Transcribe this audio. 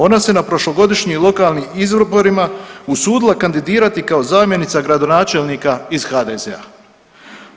Ona se na prošlogodišnjim lokalnim izborima usudila kandidirati kao zamjenica gradonačelnika iz HDZ-a.